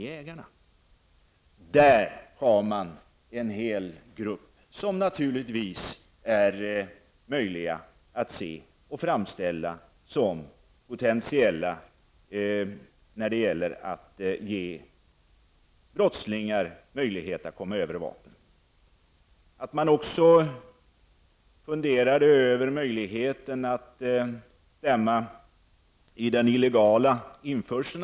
Jägarna är en grupp som naturligtvis kan ses som ett potentiellt alternativ när det gäller brottslingars möjligheter att komma över vapen. Man funderade också på illegala möjligheter att införa vapen.